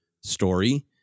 story